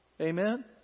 Amen